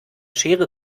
schere